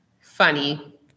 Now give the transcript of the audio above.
funny